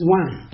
one